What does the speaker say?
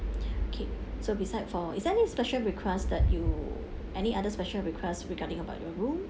okay so beside for is there any special request that you any other special request regarding about your room